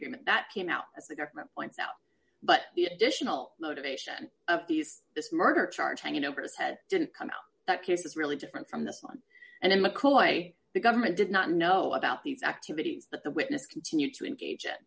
agreement that he now has the government points out but the additional motivation of these this murder charge hanging over his head didn't come in that case is really different from the sun and then mccoy the government did not know about these activities that the witness continue to engage i